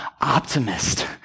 optimist